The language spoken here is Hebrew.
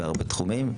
בהרבה תחומים,